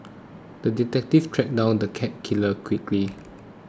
the detective tracked down the cat killer quickly